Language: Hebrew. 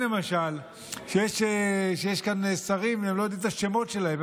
למשל שיש כאן שרים והם לא יודעים את השמות שלהם,